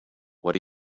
what